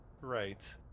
Right